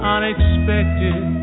Unexpected